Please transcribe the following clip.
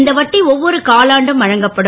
இந்த வட்டி ஒ வொரு காலாண்டும் வழங்கப்படும்